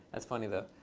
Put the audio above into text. that's funny, though.